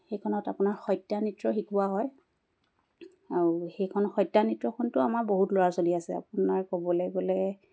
সেইখনত আপোনাৰ সত্যা নৃত্য শিকোৱা হয় আৰু সেইখন সত্যা নৃত্যখনতো আমাৰ বহুত ল'ৰা ছোৱালী আছে আপোনাৰ ক'বলৈ গ'লে